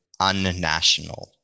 unnational